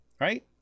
Right